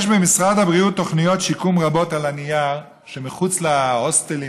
יש במשרד הבריאות תוכניות שיקום רבות על הנייר שהן מחוץ להוסטלים,